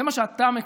זה מה שאתה מקבל.